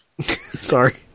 Sorry